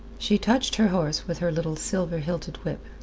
she touched her horse with her little silver-hilted whip.